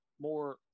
more